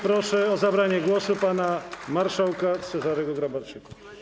Proszę o zabranie głosu pana marszałka Cezarego Grabarczyka.